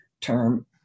term